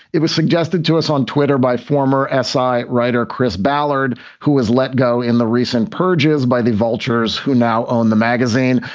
it was suggested to us on twitter by former s i. writer chris ballard, who was let go in the recent purges by the vultures who now own the magazine.